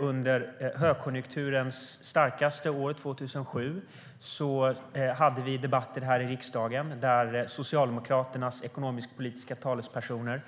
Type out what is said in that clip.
Under högkonjunkturens starkaste år 2007 hade vi debatter här i riksdagen där Socialdemokraternas ekonomisk-politiska talespersoner